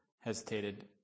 Hesitated